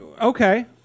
Okay